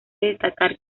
destacar